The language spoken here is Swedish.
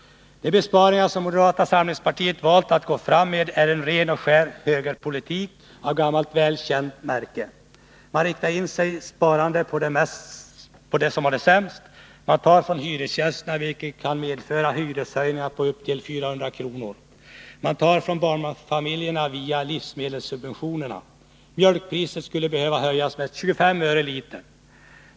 De besparingar som moderata samlingspartiet valt att gå fram med är ren och skär högerpolitik av gammalt välkänt märke. Man riktar in sitt sparande på dem som har det sämst. Man tar från hyresgästerna, vilket kan medföra hyreshöjningar på upp till 400 kr. Man tar från barnfamiljerna via livsmedelssubventionerna. Mjölkpriset skulle behöva höjas med 25 öre litern.